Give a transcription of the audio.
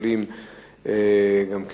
באדר